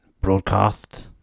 broadcast